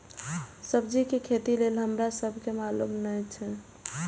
सब्जी के खेती लेल हमरा सब के मालुम न एछ?